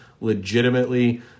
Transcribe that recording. legitimately